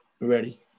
ready